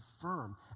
firm